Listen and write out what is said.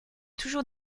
toujours